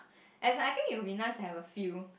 and it's like I think it will be nice to have a field